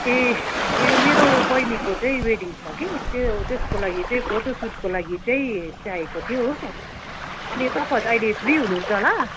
ए ए मेरो बहिनीको चाहिँ वेडिङ छ कि त्यो त्यसको लागि चाहिँ फोटोसुटको लागि चाहिँ चाहिएको थियो हो अनि तपाईँहरू अहिले फ्री हुनुहुन्छ होला